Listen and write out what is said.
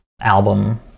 album